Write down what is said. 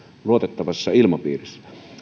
luotettavassa ilmapiirissä